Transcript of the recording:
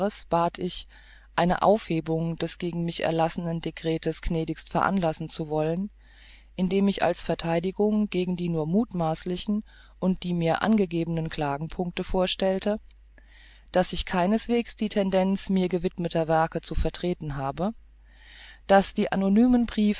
bat ich eine aufhebung des gegen mich erlassenen dekretes gnädigst veranlassen zu wollen indem ich als vertheidigung gegen die nur muthmaßlichen und die mir angegebenen klagepunkte vorstellte daß ich keinesweges die tendenz mir gewidmeter werke zu vertreten habe daß die anonymen briefe